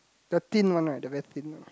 the thin one right the very thin one